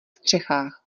střechách